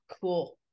cool